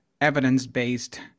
evidence-based